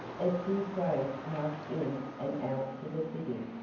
as few trains passed in and out to the city,